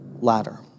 Ladder